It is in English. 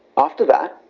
after that,